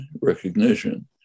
recognition